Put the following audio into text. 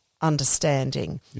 understanding